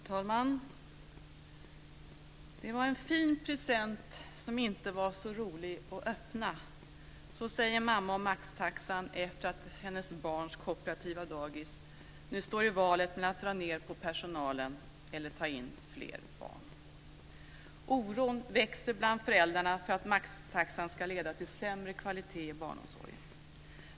Herr talman! "Det var en fin present som inte var så rolig att öppna." Så säger en mamma om maxtaxan efter det att hennes barns kooperativa dagis nu står i valet mellan att dra ned på personalen eller att ta in fler barn. Oron växer bland föräldrarna för att maxtaxan ska leda till sämre kvalitet i barnomsorgen.